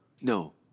No